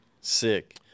Sick